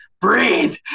breathe